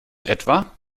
etwa